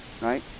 Right